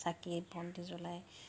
চাকি বন্তি জ্বলাই